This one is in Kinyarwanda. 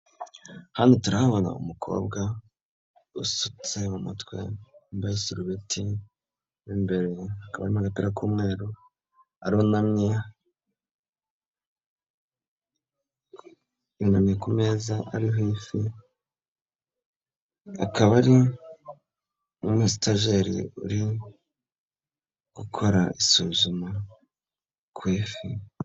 Hano turahabona umukobwa usutse mu mutwe wambaye isurubeti, mo imbere hakaba harimo agapira k'umweru, arunamye, yunamye ku meza ariho ifi, akaba ari n'umusitajeri uri gukora isuzuma ku ifi.